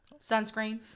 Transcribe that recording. Sunscreen